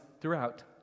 throughout